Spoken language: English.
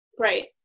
right